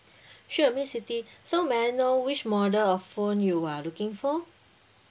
sure miss siti so may I know which model of phone you are looking for